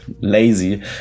lazy